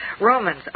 Romans